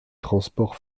transport